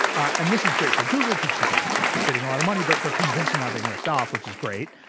and this is great for google because people just keep bidding a lot of money, but they're convinced not being ripped off, which is great,